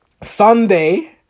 Sunday